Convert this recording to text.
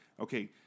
Okay